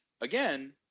again